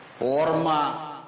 Orma